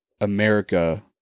America